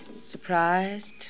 Surprised